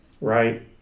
right